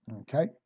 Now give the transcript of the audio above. okay